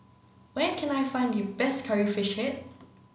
where can I find the best curry fish head